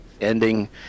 ending